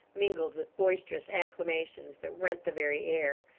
mingled with boisterous acclamations, that rent the very air.